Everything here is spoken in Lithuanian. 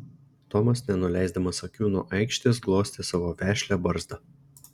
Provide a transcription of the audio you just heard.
tomas nenuleisdamas akių nuo aikštės glostė savo vešlią barzdą